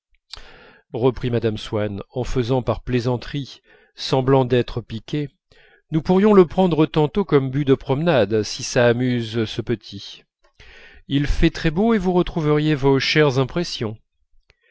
reprit mme swann en faisant par plaisanterie semblant d'être piquée nous pourrions le prendre tantôt comme but de promenade si ça amuse ce petit il fait très beau et vous retrouveriez vos chères impressions